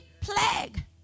plague